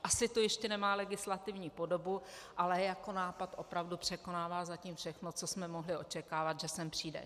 Asi to ještě nemá legislativní podobu, ale jako nápad to opravdu překonává zatím všechno, co jsme mohli očekávat, že sem přijde.